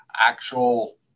actual